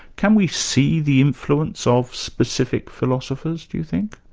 can we see the influence of specific philosophers do you think?